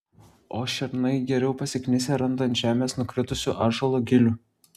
o šernai geriau pasiknisę randa ant žemės nukritusių ąžuolo gilių